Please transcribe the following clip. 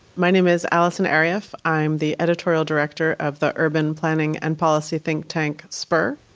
my name is allison arieff. i'm the editorial director of the urban planning and policy think-tank spur.